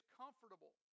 comfortable